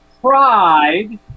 pride